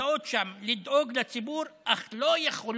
נמצאות שם לדאוג לציבור אך לא יכולות